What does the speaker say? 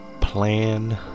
plan